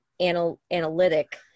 analytic